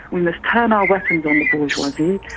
we must turn our weapons on the bourgeoisie,